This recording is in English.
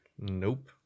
Nope